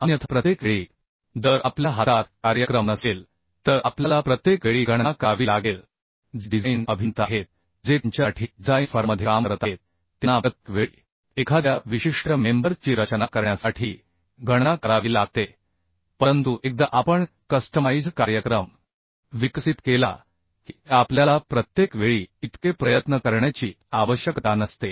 अन्यथा प्रत्येक वेळी जर आपल्या हातात कार्यक्रम नसेल तर आपल्याला प्रत्येक वेळी गणना करावी लागेल जे डिझाइन अभियंता आहेत जे त्यांच्यासाठी डिझाइन फर्ममध्ये काम करत आहेत त्यांना प्रत्येक वेळी एखाद्या विशिष्ट मेंबर ची रचना करण्यासाठी गणना करावी लागते परंतु एकदा आपण कस्टमाईझ्ड कार्यक्रम विकसित केला की आपल्याला प्रत्येक वेळी इतके प्रयत्न करण्याची आवश्यकता नसते